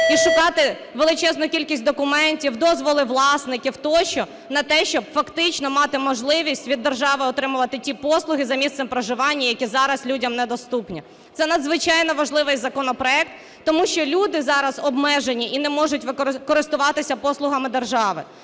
і шукати величезну кількість документів, дозволи власників, тощо на те, щоб фактично мати можливість від держави отримувати ті послуги за місцем проживання, які зараз людям недоступні. Це надзвичайно важливий законопроект, тому що люди зараз обмежені і не можуть користуватися послугами держави.